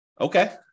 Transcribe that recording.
Okay